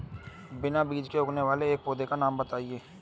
बिना बीज के उगने वाले एक पौधे का नाम बताइए